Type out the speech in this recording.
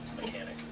mechanic